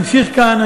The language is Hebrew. תמשיך כאן.